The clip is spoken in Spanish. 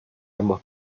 ambos